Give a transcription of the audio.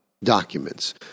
documents